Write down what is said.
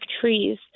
trees